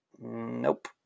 nope